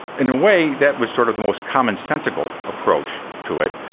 in a way that was sort of the most commonsensical approach to it,